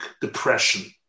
depression